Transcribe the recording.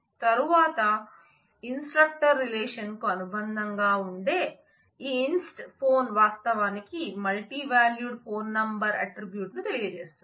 తరువాత instructor relation కు అనుబంధంగా ఉండే ఈ inst phone వాస్తవానికి multi valued phone number attribute ని తెలియజేస్తుంది